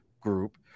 group